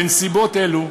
בנסיבות אלו,